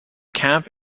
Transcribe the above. camp